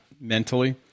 mentally